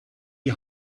die